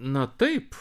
na taip